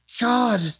god